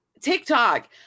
TikTok